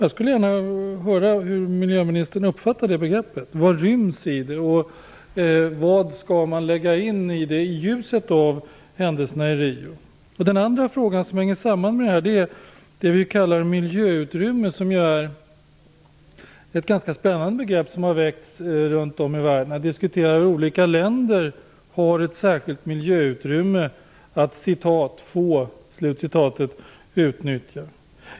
Jag skulle gärna höra hur miljöministern uppfattar det begreppet. Vad ryms i det? Vad skall man lägga in i det i ljuset av händelserna i Rio? Den andra fråga som hänger samman med detta är det vi kallar miljöutrymme. Det är ett ganska spännande begrepp som har nämnts runt om i världen. Man diskuterar att olika länder har ett särskilt miljöutrymme som de kan "få" utnyttja.